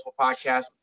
podcast